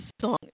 song